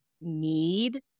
need